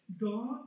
God